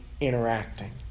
interacting